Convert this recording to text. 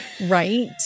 Right